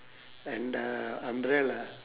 and the umbrella